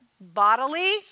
bodily